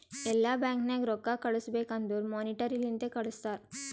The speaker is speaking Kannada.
ಎಲ್ಲಾ ಬ್ಯಾಂಕ್ ನಾಗ್ ರೊಕ್ಕಾ ಕಳುಸ್ಬೇಕ್ ಅಂದುರ್ ಮೋನಿಟರಿ ಲಿಂತೆ ಕಳ್ಸುತಾರ್